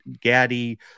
Gaddy